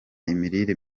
imirire